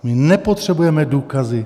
My nepotřebujeme důkazy.